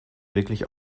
wirklich